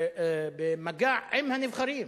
ולבוא במגע עם הנבחרים